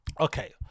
Okay